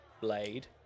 blade